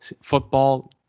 football